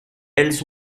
elles